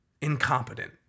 incompetent